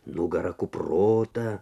nugara kuprota